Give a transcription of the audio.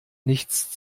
nichts